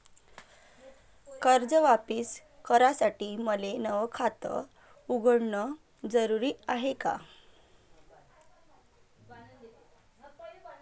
कर्ज वापिस करासाठी मले नव खात उघडन जरुरी हाय का?